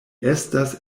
estas